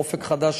"אופק חדש",